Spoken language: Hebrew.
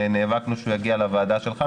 ונאבקנו שהוא יגיע לוועדה שלך,